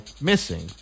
missing